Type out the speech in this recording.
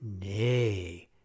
nay